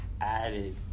added